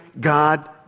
God